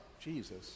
Jesus